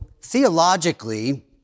theologically